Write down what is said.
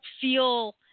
Feel